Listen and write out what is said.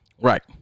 Right